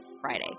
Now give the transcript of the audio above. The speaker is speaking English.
friday